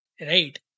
right